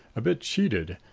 a bit cheated,